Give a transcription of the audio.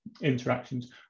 interactions